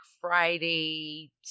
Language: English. Friday